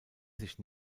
sich